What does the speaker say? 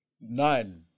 nine